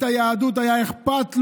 מהיהדות היה אכפת לו,